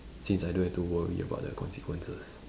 since I don't have to worry about the consequences